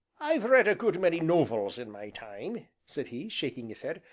i've read a good many nov-els in my time, said he, shaking his head,